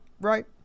Right